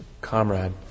comrade